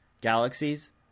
Galaxies